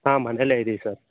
ಹಾಂ ಮನೆಯಲ್ಲೇ ಇದ್ದೀವಿ ಸರ್